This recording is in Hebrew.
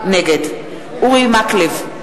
נגד אורי מקלב,